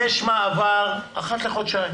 -- יש מעבר אחת לחודשיים.